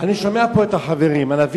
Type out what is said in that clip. אני שומע פה את החברים, תמיד